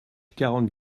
quarante